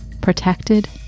protected